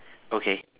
okay